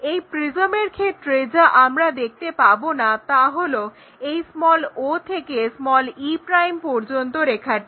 এই প্রিজমের ক্ষেত্রে যা আমরা দেখতে পাবো না তা হলো এই o থেকে e পর্যন্ত রেখাটি